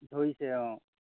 ধৰিছে অ